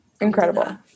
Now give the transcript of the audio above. Incredible